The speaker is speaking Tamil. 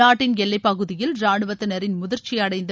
நாட்டின் எல்லைப்பகுதியில் ராணுவத்தினரின் முதிர்ச்சியடைந்த